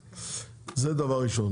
זה דבר ראשון.